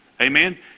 Amen